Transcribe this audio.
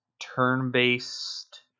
turn-based